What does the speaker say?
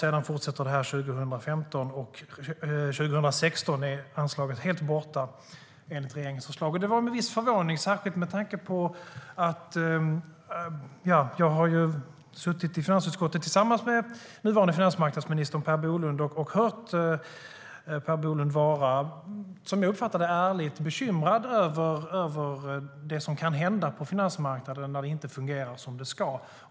Sedan fortsätter detta 2015, och 2016 är anslaget helt borta, enligt regeringens förslag. Jag har suttit i finansutskottet tillsammans med nuvarande finansmarknadsminister Per Bolund och hört honom, som jag uppfattat det, vara ärligt bekymrad över det som kan hända på finansmarknaden när det inte fungerar som det ska.